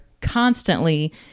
constantly